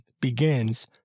begins